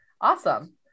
Awesome